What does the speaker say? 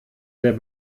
der